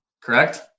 correct